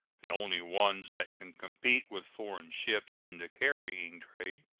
the only ones that can compete with foreign ships in the carrying trade,